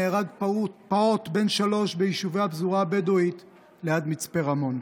נהרג פעוט בן שלוש ביישובי הפזורה הבדואית ליד מצפה רמון.